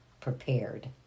prepared